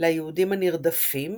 ליהודים הנרדפים,